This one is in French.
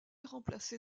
remplacé